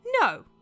No